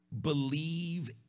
believe